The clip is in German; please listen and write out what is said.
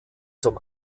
zum